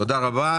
תודה רבה.